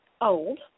old